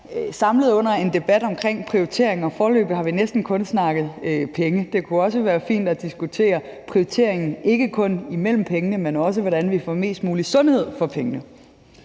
samlet til en debat omkring prioriteringer, og foreløbig har vi næsten kun snakket penge. Det kunne også være fint at diskutere prioriteringen ikke kun af pengene, men også hvordan vi får mest mulig sundhed for pengene.